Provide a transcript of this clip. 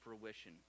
fruition